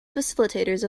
facilitators